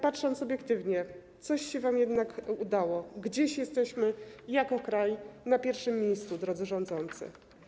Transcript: Patrząc obiektywnie, coś wam jednak się udało, gdzieś jesteśmy jako kraj na pierwszym miejscu, drodzy rządzący.